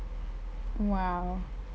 !wow!